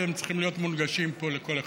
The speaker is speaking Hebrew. אתם צריכים להיות מונגשים פה לכל אחד.